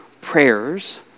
prayers